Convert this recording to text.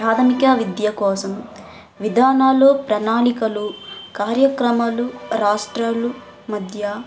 ప్రాథమిక విద్య కోసం విధానాలు ప్రణాళికలు కార్యక్రమాలు రాష్ట్రాలు మధ్య